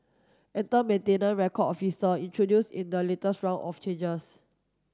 enter maintenance record officer introduced in the latest round of changes